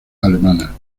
alemana